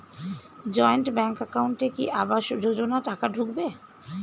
Joint bank একাউন্টে কি আবাস যোজনা টাকা ঢুকবে?